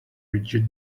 rigid